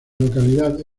localidad